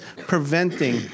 preventing